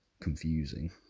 confusing